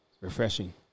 Refreshing